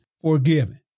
forgiven